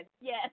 yes